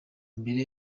mbere